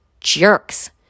jerks